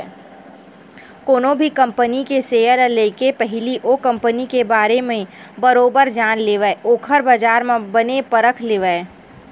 कोनो भी कंपनी के सेयर ल लेके पहिली ओ कंपनी के बारे म बरोबर जान लेवय ओखर बजार ल बने परख लेवय